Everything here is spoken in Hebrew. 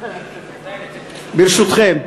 ברשותכם,